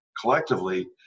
collectively